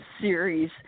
series